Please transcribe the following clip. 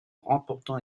remportant